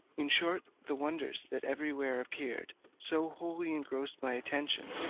in short, the wonders that everywhere appeared so wholly engrossed my attention,